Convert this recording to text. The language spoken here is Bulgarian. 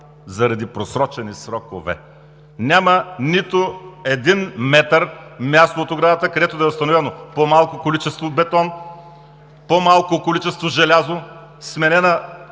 заради просрочени срокове! Няма нито един метър място от оградата, където да е установено по-малко количество бетон, по малко количество желязо, сменен